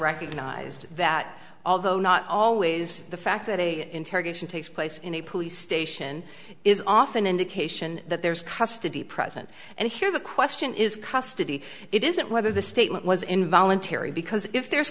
recognized that although not always the fact that interrogation takes place in a police station is often indication that there's custody present and here the question is custody it isn't whether the statement was involuntary because if there's